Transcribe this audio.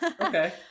Okay